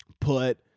put